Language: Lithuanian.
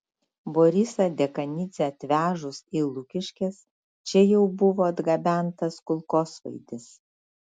borisą dekanidzę atvežus į lukiškes čia jau buvo atgabentas kulkosvaidis